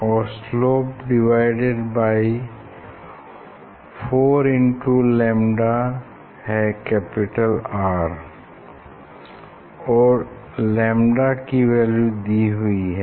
और slope divided by 4 into lambda है capital R और लैम्डा की वैल्यू दी हुई है